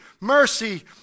mercy